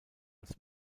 als